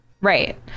Right